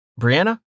Brianna